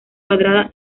cuadrada